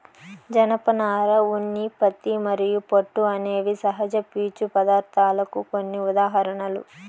జనపనార, ఉన్ని, పత్తి మరియు పట్టు అనేవి సహజ పీచు పదార్ధాలకు కొన్ని ఉదాహరణలు